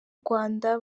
rwanda